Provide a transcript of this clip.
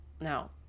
Now